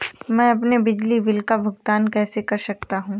मैं अपने बिजली बिल का भुगतान कैसे कर सकता हूँ?